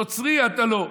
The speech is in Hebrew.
נוצרי אתה לא,